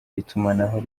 itumanaho